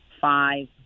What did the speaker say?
five